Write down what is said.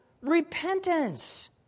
repentance